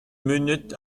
munut